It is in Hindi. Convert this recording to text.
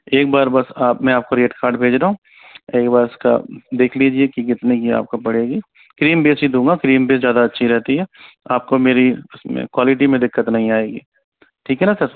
एक बार बस आप में आपको रेट कार्ड भेज रहा हूँ एक बार इसका देख लीजिए के कितने की आपको पड़ेगी क्रीम बेस ही दूँगा क्रीम बेस ज़्यादा अच्छी रहती है आपको मेरी क्वालिटी में दिक्कत नहीं आएगी ठीक है न सर